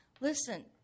Listen